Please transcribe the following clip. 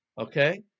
Okay